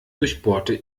durchbohrte